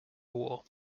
war